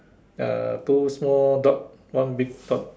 uh two small dot one big dot